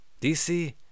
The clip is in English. DC